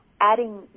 adding